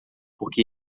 porque